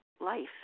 life